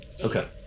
Okay